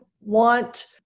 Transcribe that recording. want